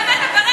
ואתה משקר עכשיו.